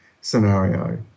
scenario